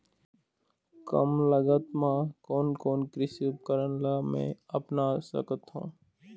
कम लागत मा कोन कोन कृषि उपकरण ला मैं अपना सकथो?